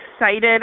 excited